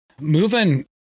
moving